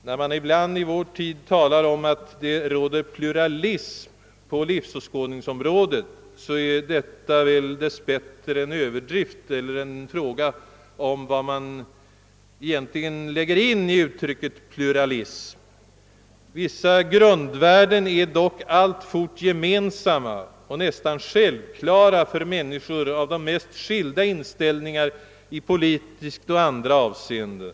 När man ibland i vår tid talar om att det råder pluralism på livsåskådningsområdet är detta dess bättre en överdrift eller i varje fall en fråga om vad man egentligen lägger in i uttrycket pluralism. Vissa grundvärden är dock alltfort gemensamma och nästan självklara för människor av de mest skilda inställningar i politiskt och andra avseenden.